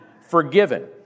forgiven